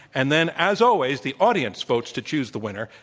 and then, as always, the audience votes to choose the winner.